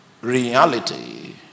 reality